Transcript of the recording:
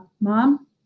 mom